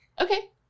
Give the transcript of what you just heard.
Okay